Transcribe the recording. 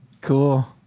Cool